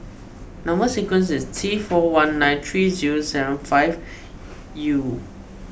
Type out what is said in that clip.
Number Sequence is T four one nine three zero seven five U